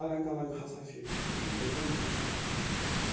الگ الگ ہسا چھِ یِم ڈفرنٛٹ ہسا چھِ یِم یِم